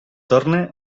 torne